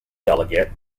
delegate